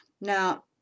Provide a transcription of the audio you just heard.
Now